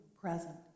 present